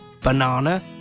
banana